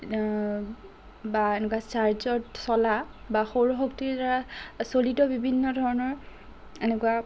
বা এনেকুৱা চাৰ্জত চলা বা সৌৰশক্তিৰ দ্বাৰা চলিত বিভিন্ন ধৰণৰ এনেকুৱা